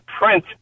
print